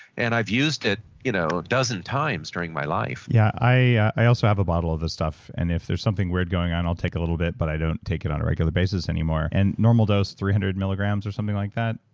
and i've used it you know a dozen times during my life yeah, i also have a bottle of the stuff, and if there's something weird going on i'll take a little bit, but i don't take it on a regular basis anymore. and normal dose three hundred milligrams or something like that,